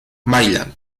maryland